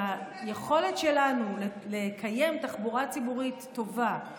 היכולת שלנו לקיים תחבורה ציבורית טובה,